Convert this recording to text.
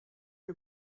you